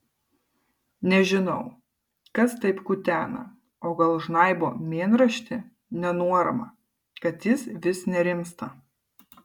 nežinau kas taip kutena o gal žnaibo mėnraštį nenuoramą kad jis vis nerimsta